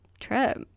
trip